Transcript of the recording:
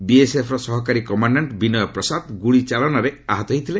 ବିଏସ୍ଏଫ୍ର ସହକାରୀ କମାଶ୍ଡାଣ୍ଟ୍ ବିନୟ ପ୍ରସାଦ ଗୁଳି ଚାଳନାରେ ଆହତ ହୋଇଥିଲେ